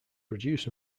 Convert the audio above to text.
produce